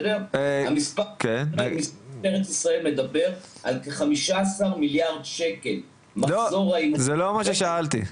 המספר מדבר על כ-15,000,000,000 ₪ במחזור ההימורים זה לא מה ששאלתי.